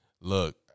look